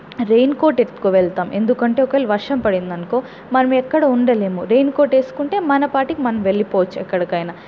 rain coat ఎత్తుకు వెళతాం ఎందుకంటే ఒకవేళ వర్షం పడిందనుకో మనం ఎక్కడ ఉండలేము రెయిన్ కోట్ వేసుకుంటే మన పాటికి మనం వెళ్లిపోవచ్చు ఎక్కడికైనా